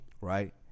Right